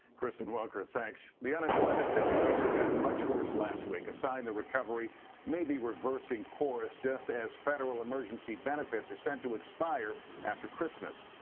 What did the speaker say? kristen welker, thanks the unemployment situation got much worse last week, a sign the recovery may be reversing course just as federal emergency benefits are set to expire after christmas.